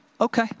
okay